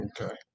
Okay